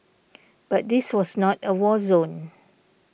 but this was not a war zone